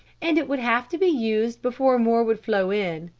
and it would have to be used before more would flow in.